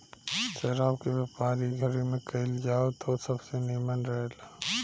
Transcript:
शराब के व्यापार इ घड़ी में कईल जाव त सबसे निमन रहेला